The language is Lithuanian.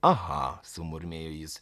aha sumurmėjo jis